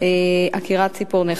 עקירת ציפורני חתולים.